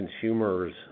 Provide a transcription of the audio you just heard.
consumers